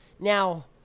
Now